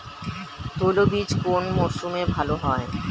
তৈলবীজ কোন মরশুমে ভাল হয়?